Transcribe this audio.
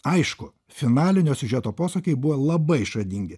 aišku finalinio siužeto posūkiai buvo labai išradingi